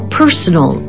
personal